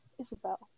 Isabel